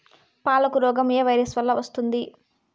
పాలకు రోగం ఏ వైరస్ వల్ల వస్తుంది?